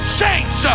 saints